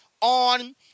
on